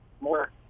more